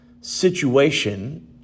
situation